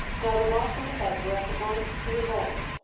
now the marks on the head were a command to revolt.